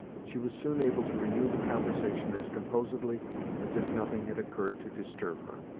she was soon able to renew the conversation as composedly as if nothing had occurred to disturb her.